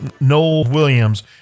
Noel-Williams